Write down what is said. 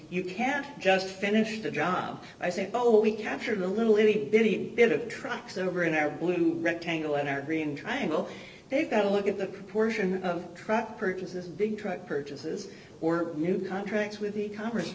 can't just finish the job i say oh we captured a little itty bitty bit of trucks over in our blue rectangle in our green triangle they've got to look at the proportion of truck purchases big truck purchases or new contracts with congress